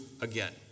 again